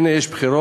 הנה, יש בחירות.